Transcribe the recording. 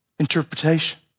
interpretation